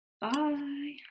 bye